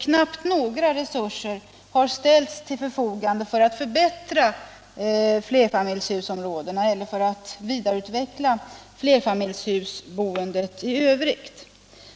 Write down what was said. Knappast några resurser har ställts till förfogande för att förbättra flerfamiljshusområdena eller för att vidareutveckla flerfamiljshusboendet i övrigt.